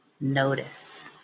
notice